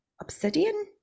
obsidian